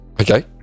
Okay